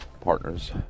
partners